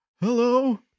hello